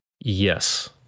Yes